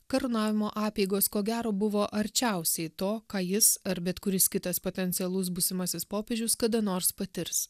karūnavimo apeigos ko gero buvo arčiausiai to ką jis ar bet kuris kitas potencialus būsimasis popiežius kada nors patirs